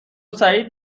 سعید